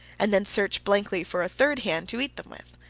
and then search blankly for a third hand to eat them with.